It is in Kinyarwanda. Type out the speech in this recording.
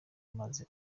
maze